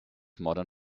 modern